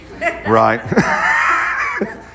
right